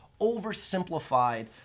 oversimplified